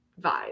vibe